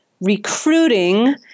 recruiting